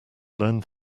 learned